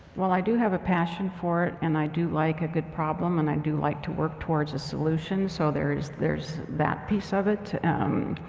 well i do have a passion for it, and i do like a good problem. and i do like to work towards a solution, so there's there's that piece of it.